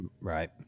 Right